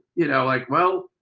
you know, like well